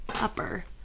upper